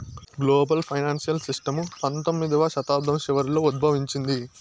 global financial system పంతొమ్మిదవ శతాబ్దం చివరలో ఉద్భవించింది